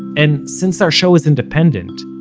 and since our show is independent,